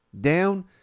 down